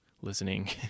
listening